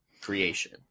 creation